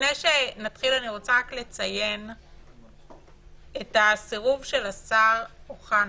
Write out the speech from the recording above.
לפני שנתחיל אני רוצה רק לציין את הסירוב של השר אוחנה,